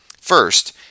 First